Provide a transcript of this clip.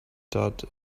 dot